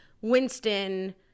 Winston